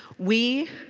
we